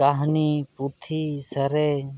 ᱠᱟᱹᱦᱱᱤ ᱯᱩᱛᱷᱤ ᱥᱮᱨᱮᱧ